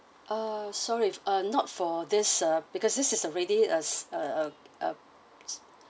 uh sorry uh not for this uh because this is already a a a a